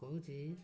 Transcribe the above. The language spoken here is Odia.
କହୁଛି